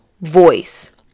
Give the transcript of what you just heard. voice